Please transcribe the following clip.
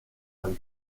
rue